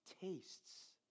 tastes